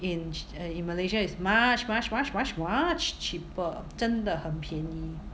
in in malaysia is much much much much much cheaper 真的很便宜